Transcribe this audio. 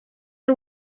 nhw